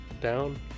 down